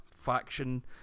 faction